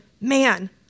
man